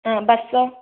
ബസോ